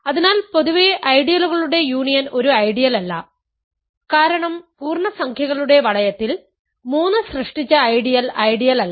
അതിനാൽ പൊതുവേ ഐഡിയലുകളുടെ യൂണിയൻ ഒരു ഐഡിയലല്ല കാരണം പൂർണ്ണസംഖ്യകളുടെ വളയത്തിൽ 3 സൃഷ്ടിച്ച ഐഡിയൽ ഐഡിയലല്ല